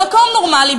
במקום נורמלי,